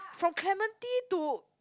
from Clementi to